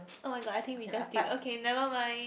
oh-my-god I think we just did never mind